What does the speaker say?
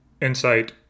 insight